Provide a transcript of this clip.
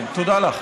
כן, תודה לך.